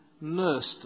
nursed